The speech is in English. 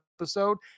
episode